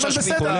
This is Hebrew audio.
אבל בסדר,